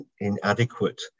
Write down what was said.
inadequate